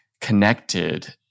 connected